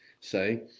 say